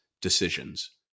decisions